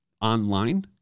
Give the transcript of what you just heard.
online